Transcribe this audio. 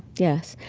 yes.